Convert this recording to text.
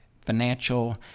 financial